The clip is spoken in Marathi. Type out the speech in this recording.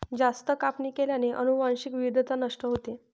जास्त कापणी केल्याने अनुवांशिक विविधता नष्ट होते